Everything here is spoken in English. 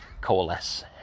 coalesce